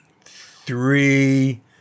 three